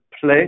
play